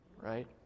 right